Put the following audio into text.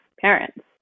parents